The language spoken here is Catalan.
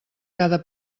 cada